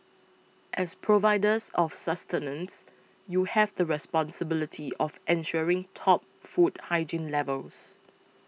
as providers of sustenance you have the responsibility of ensuring top food hygiene levels